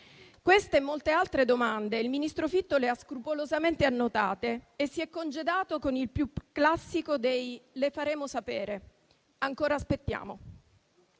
Questa e molte altre domande il ministro Fitto le ha scrupolosamente annotate, ma si è congedato con il più classico dei «le faremo sapere». Ancora aspettiamo.